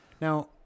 Now